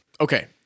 Okay